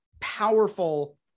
powerful